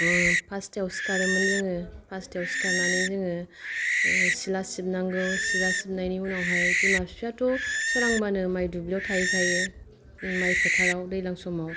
फासथायाव सिखारोमोन जोङो पासथायाव सिखारनानै जोङो सिला सिबनांगौ सिला सिबनायनि उनावहाय बिमा बिफायाथ' सोरांबानो माइ दुब्लियाव थाहैखायो माइ फोथाराव दैलां समाव